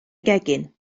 gegin